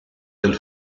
del